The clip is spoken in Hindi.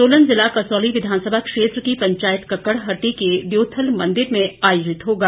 सोलन जिला कसौली विधानसभा क्षेत्र की पंचायत कक्कड़हट्टी के दयोथल मंदिर में आयोजित होगा